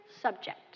subject